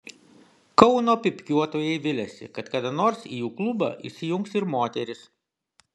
kauno pypkiuotojai viliasi kad kada nors į jų klubą įsijungs ir moterys